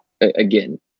again